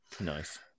nice